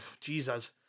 Jesus